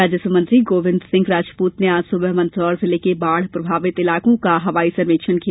राजस्व मंत्री गोविन्द सिंह राजपूत ने आज सुबह मंदसौर जिले के बाढ़ प्रभावित इलाकों का हवाई सर्वेक्षण किया